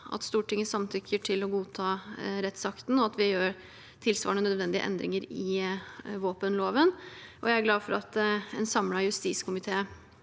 at Stortinget samtykker til å godta rettsakten, og at vi gjør tilsvarende nødvendige endringer i våpenloven. Jeg er glad for at en samlet justiskomité